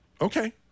Okay